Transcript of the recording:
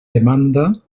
demanda